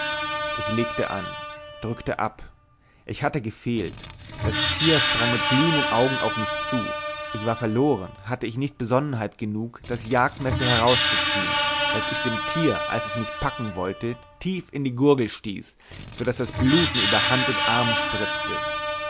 ich legte an drückte ab ich hatte gefehlt das tier sprang mit glühenden augen auf mich zu ich war verloren hatte ich nicht besonnenheit genug das jagdmesser herauszureißen das ich dem tier als es mich packen wollte tief in die gurgel stieß so daß das blut mir über hand und arm spritzte